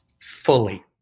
fully